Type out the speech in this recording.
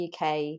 UK